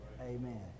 Amen